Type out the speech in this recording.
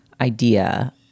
idea